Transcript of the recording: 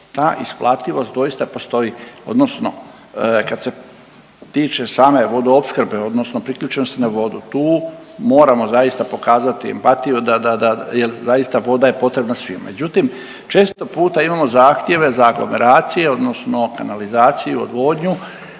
ta isplativost doista postoji odnosno kad se tiče same vodoopskrbe odnosno priključenosti na vodu, tu moramo zaista pokazati empatiju da, da, da, jer zaista voda je potrebna. Međutim, često puta imamo zahtjeve za aglomeracije odnosno kanalizaciju odvodnju